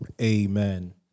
Amen